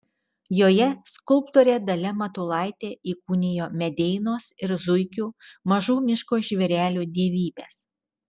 joje skulptorė dalia matulaitė įkūnijo medeinos ir zuikių mažų miško žvėrelių dievybes